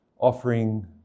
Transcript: offering